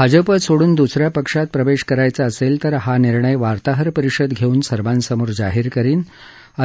भाजपा सोडून दुस या पक्षात प्रवेश करायचा असेल तर हा निर्णय वार्ताहर परिषद धेऊन सर्वांसमोर जाहीर करीन